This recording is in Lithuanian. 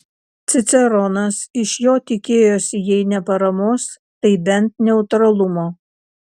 ciceronas iš jo tikėjosi jei ne paramos tai bent neutralumo